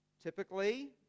Typically